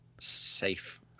Safe